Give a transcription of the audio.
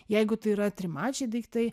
jeigu tai yra trimačiai daiktai